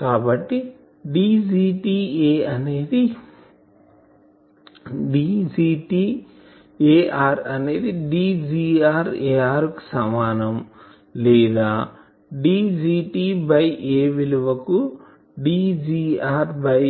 కాబట్టి Dgt Arఅనేది Dgr At కు సమానం లేదాDgt బై Atవిలువ కు Dgr బై